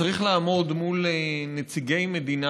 וצריך לעמוד מול נציגי המדינה,